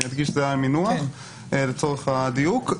זה המינוח לצורך הדיוק.